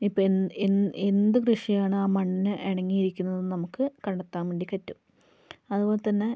ഇപ്പം എൻ എന്ത് കൃഷിയാണ് ആ മണ്ണിന് ഇണങ്ങിയിരിക്കുന്നത് എന്ന് നമുക്ക് കണ്ടെത്താൻ വേണ്ടി പറ്റും അതുപോലെ തന്നെ